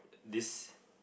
this